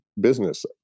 business